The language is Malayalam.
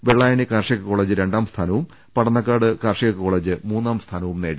വെള്ളായണി കാർഷിക കോളജ് രണ്ടാം സ്ഥാന വും പടന്നക്കാട് കാർഷിക കോളജ് മൂന്നാം സ്ഥാനവും നേടി